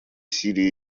сирией